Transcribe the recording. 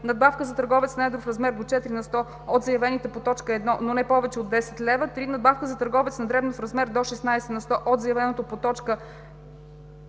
надбавка за търговец на едро в размер до 4 на сто от заявената по т. 1, но не повече от 10 лева; 3. надбавка за търговец на дребно в размер до 16 на сто от заявената по т.,